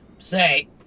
Say